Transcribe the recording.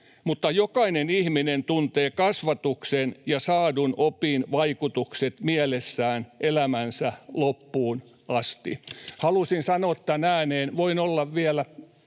mutta jokainen ihminen tuntee kasvatuksen ja saadun opin vaikutukset mielessään elämänsä loppuun asti. Halusin sanoa tämän ääneen. Voin olla vielä